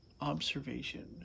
observation